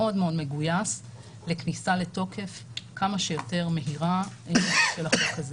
מאוד מאוד מגויס לכניסה לתוקף כמה שיותר מהיר של החוק הזה.